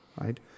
right